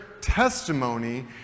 testimony